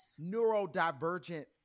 neurodivergent